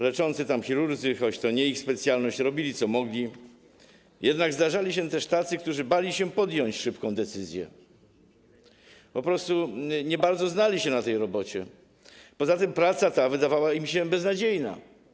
Leczący tam chirurdzy, choć to nie ich specjalność, robili, co mogli, jednak zdarzali się też tacy, którzy bali się podjąć szybką decyzję, bo nie bardzo znali się na tej robocie, poza tym praca ta wydawała się im beznadziejna.